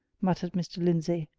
muttered mr. lindsey.